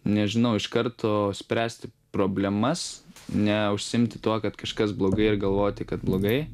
nežinau iš karto spręsti problemas ne užsiimti tuo kad kažkas blogai ir galvoti kad blogai